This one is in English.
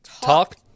Talk